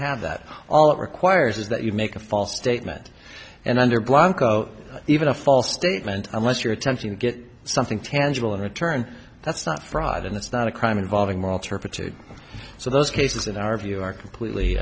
have that all it requires is that you make a false statement and under blanco even a false statement unless you're attempting to get something tangible in return that's not fraud and it's not a crime involving moral turpitude so those cases in our view are completely